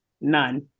None